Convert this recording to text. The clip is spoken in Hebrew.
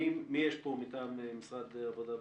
מי נמצא פה מטעם משרד העבודה והרווחה?